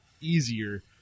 easier